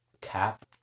cap